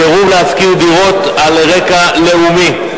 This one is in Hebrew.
סירוב להשכיר דירות על רקע לאומי,